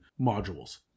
modules